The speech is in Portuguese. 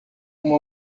uma